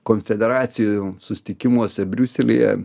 konfederacijų susitikimuose briuselyje